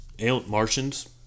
Martians